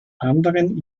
anderen